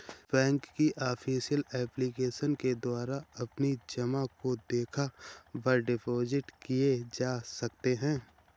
bank की official application के द्वारा अपनी जमा को देखा व डिपॉजिट किए जा सकते हैं